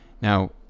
Now